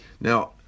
Now